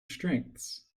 strengths